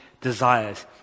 desires